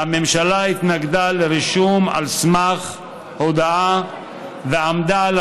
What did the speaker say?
והממשלה התנגדה לרישום על סמך הודעה ועמדה על